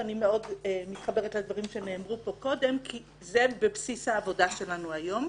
ואני מאוד מתחברת לדברים שנאמרו פה קודם כי זה בבסיס העבודה שלנו היום.